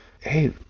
hey